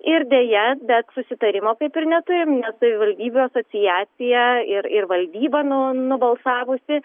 ir deja bet susitarimo kaip ir neturim net savivaldybių asociacija ir ir valdyba nu nubalsavusi